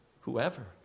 Whoever